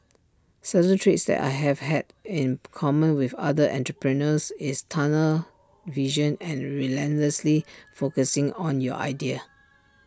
certain traits that I have had in common with other entrepreneurs is tunnel vision and relentlessly focusing on your idea